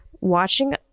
watching